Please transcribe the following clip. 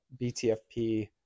BTFP